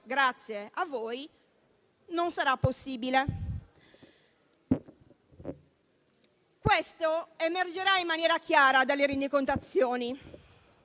grazie a voi, non sarà possibile. Ciò emergerà in maniera chiara dalle rendicontazioni.